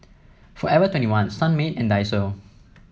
forever twenty one Sunmaid and Daiso